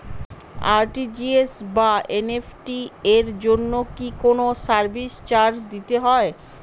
RTGS বা NEFT এর জন্য কি কোনো সার্ভিস চার্জ দিতে হয়?